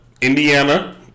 indiana